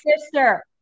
sister